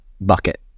bucket